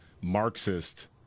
Marxist